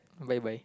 why why